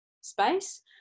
space